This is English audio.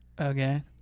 Okay